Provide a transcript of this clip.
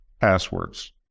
passwords